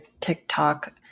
tiktok